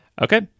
Okay